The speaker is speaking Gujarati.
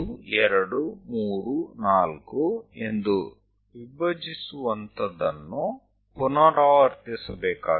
એકવાર તે થઈ જાય છે પછી એ જ પદ્ધતિ આપણે ફરીથી પુનરાવર્તિત કરીશું